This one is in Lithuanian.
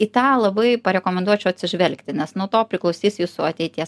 į tą labai pa rekomenduočiau atsižvelgti nes nuo to priklausys jūsų ateities